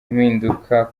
impinduka